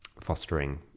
fostering